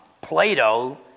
Plato